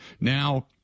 Now